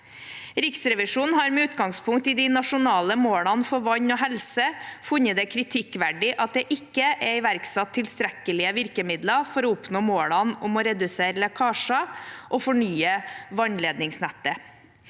Riksrevisjonen har, med utgangspunkt i de nasjonale målene for vann og helse, funnet det kritikkverdig at det ikke er iverksatt tilstrekkelige virkemidler for å oppnå målene om å redusere lekkasjer og fornye vannledningsnettet.